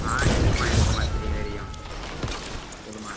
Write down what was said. ஆ இருக்குதும்மா இருக்குதும்மா தெரியும் தெரியும் சொல்லும்மா